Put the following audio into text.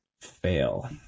fail